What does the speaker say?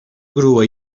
grua